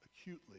acutely